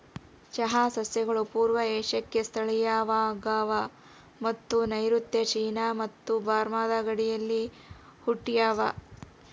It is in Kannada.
ಚಹಾ ಸಸ್ಯಗಳು ಪೂರ್ವ ಏಷ್ಯಾಕ್ಕೆ ಸ್ಥಳೀಯವಾಗವ ಮತ್ತು ನೈಋತ್ಯ ಚೀನಾ ಮತ್ತು ಬರ್ಮಾದ ಗಡಿಯಲ್ಲಿ ಹುಟ್ಟ್ಯಾವ